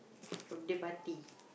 birthday party